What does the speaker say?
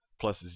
plus